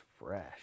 fresh